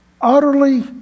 utterly